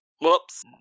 Whoops